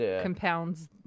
compounds